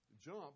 jump